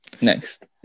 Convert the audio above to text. Next